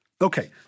Okay